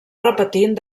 repetint